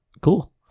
Cool